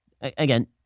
Again